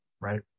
right